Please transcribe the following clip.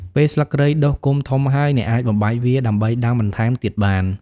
ពេលស្លឹកគ្រៃដុះគុម្ពធំហើយ អ្នកអាចបំបែកវាដើម្បីដាំបន្ថែមទៀតបាន។